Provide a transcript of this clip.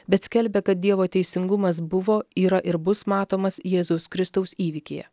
bet skelbia kad dievo teisingumas buvo yra ir bus matomas jėzaus kristaus įvykyje